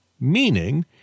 meaning